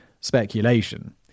speculation